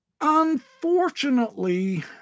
Unfortunately